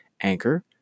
Anchor